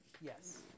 Yes